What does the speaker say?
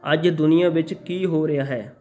ਅੱਜ ਦੁਨੀਆਂ ਵਿੱਚ ਕੀ ਹੋ ਰਿਹਾ ਹੈ